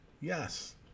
Yes